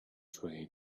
train